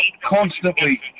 constantly